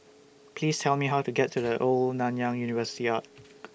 Please Tell Me How to get to The Old Nanyang University Arch